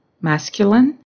masculine